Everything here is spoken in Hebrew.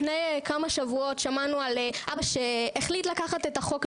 לפני כמה שבועות שמענו על אבא שהחליט לקחת את החוק לידיים,